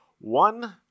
one